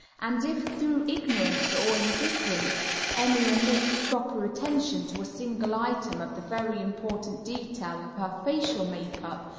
and if through ignorance or indifference any omits proper attention to a single item of the very important detail of her facial makeup,